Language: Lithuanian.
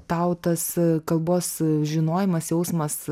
tau tas kalbos žinojimas jausmas